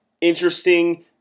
interesting